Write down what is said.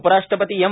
उपराष्ट्रपती एम